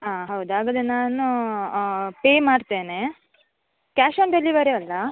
ಆಂ ಹೌದು ಹಾಗಾದ್ರೆ ನಾನು ಪೇ ಮಾಡ್ತೇನೆ ಕ್ಯಾಶ್ ಆನ್ ಡೆಲಿವರಿ ಅಲ್ಲ